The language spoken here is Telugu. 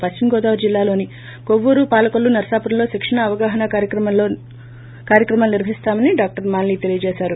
పశ్చిమగోదావరి జిల్లాలోని కొవ్వూరు పాలకొల్లు నరసాపురంలో శిక్షణ ఆవగాహానా కార్యక్రమాలు నిర్వహిస్తామని డాక్టర్ మాలిని తెలియజేశారు